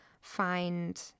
find